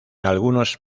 algunos